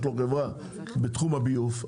יש לו חברה בתחום הביוב,